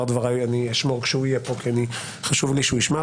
דבריי אני אשמור כשהוא יהיה פה כי חשוב לי שהוא ישמע,